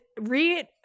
read